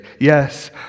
Yes